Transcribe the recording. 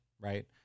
right